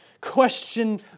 question